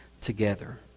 together